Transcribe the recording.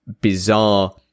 bizarre